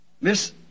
Miss